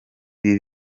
ibi